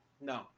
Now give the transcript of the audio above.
no